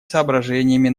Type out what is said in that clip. соображениями